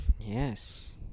Yes